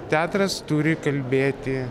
teatras turi kalbėti